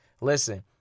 Listen